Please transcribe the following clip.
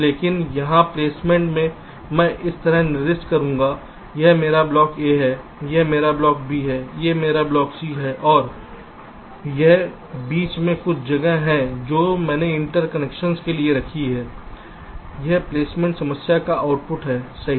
लेकिन यहां प्लेसमेंट में मैं इस तरह निर्दिष्ट करूंगा यह मेरा ब्लॉक A है यह मेरा ब्लॉक B है यह मेरा ब्लॉक C है और I यह बीच में कुछ जगह है जो मैंने इंटरकनेक्शंस के लिए रखी है यह प्लेसमेंट समस्या का आउटपुट है सही